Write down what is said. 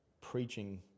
preaching